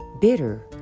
bitter